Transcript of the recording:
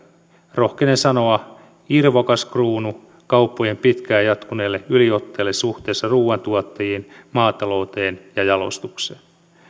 rohkenen sanoa irvokas kruunu kauppojen pitkään jatkuneelle yliotteelle suhteessa ruuantuottajiin maatalouteen ja jalostukseen